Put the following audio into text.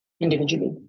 individually